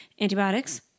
Antibiotics